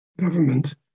government